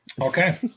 Okay